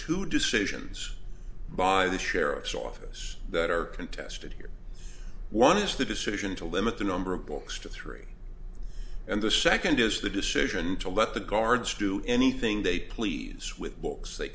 two decisions by the sheriff's office that are contested here one is the decision to limit the number of books to three and the second is the decision to let the guards do anything they please with books they